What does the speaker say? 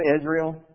Israel